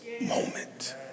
moment